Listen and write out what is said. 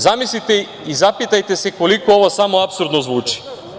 Zamislite i zapitajte se koliko ovo samo apsurdno zvuči.